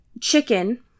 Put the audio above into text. chicken